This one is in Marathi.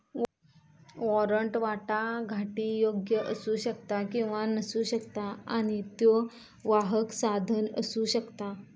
वॉरंट वाटाघाटीयोग्य असू शकता किंवा नसू शकता आणि त्यो वाहक साधन असू शकता